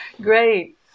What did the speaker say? Great